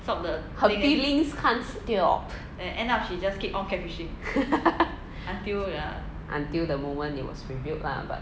her feelings can't stop until the moment it was revealed lah but